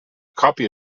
copy